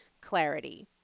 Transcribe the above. clarity